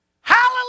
Hallelujah